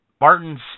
Martin's